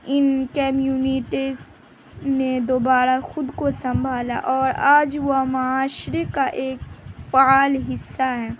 ان communities نے دوبارہ خود کو سنبھالا اور آج وہ معاشرے کا ایک فال حصہ ہے